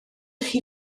chi